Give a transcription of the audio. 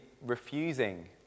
refusing